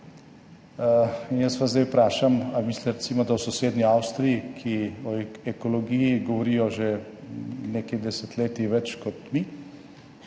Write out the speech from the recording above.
jaz vas zdaj vprašam, ali mislite recimo, da v sosednji Avstriji, ki o ekologiji govorijo že nekaj desetletij več kot mi,